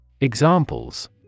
Examples